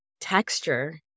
texture